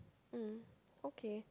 mm okay